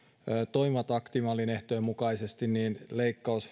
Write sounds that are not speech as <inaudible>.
toimivat aktiivimallin ehtojen mukaisesti leikkaus <unintelligible>